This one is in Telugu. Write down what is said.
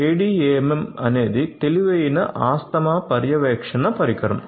ADAMM అనేది ఒక తెలివైన ఆస్తమా పర్యవేక్షణ పరికరం